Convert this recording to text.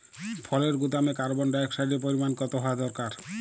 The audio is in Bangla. ফলের গুদামে কার্বন ডাই অক্সাইডের পরিমাণ কত হওয়া দরকার?